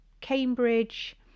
cambridge